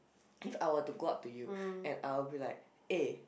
if I were to go up to you and I will be like eh